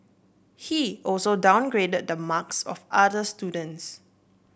he also downgraded the marks of other students